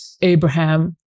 Abraham